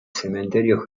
cementerio